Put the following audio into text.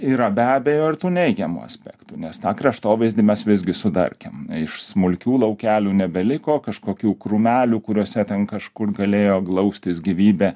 yra be abejo ir tų neigiamų aspektų nes tą kraštovaizdį mes visgi sudarkėm iš smulkių laukelių nebeliko kažkokių krūmelių kuriuose ten kažkur galėjo glaustis gyvybė